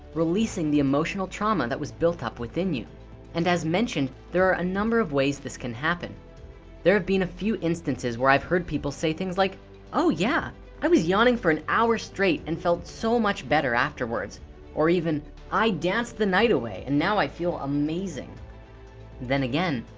releasing the emotional trauma that was built up within you and as mentioned there are a number of ways this can happen there have been a few instances where i've heard people say things like oh, yeah i was yawning for an hour straight and felt so much better afterwards or even i danced the night away and now i feel amazing then again,